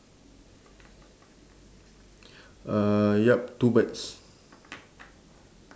uh yup two birds